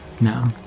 No